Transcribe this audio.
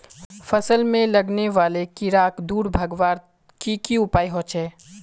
फसल में लगने वाले कीड़ा क दूर भगवार की की उपाय होचे?